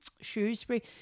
Shrewsbury